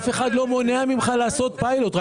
אף אחד לא מונע ממך לעשות פיילוט אבל